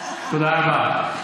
תודה רבה.